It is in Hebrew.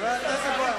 חבר הכנסת בוים,